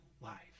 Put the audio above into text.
life